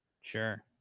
Sure